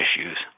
issues